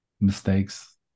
mistakes